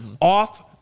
off